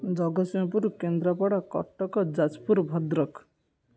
Jagatsinghpur Kendrapara Cuttack Jajpur Bhadrak